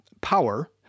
power